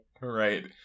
Right